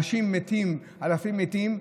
אנשים מתים, אלפים מתים.